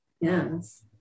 Yes